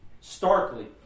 starkly